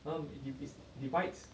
um it it is divides